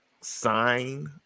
sign